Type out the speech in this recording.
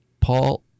Paul